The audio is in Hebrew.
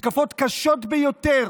מתקפות קשות ביותר,